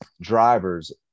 drivers